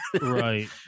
Right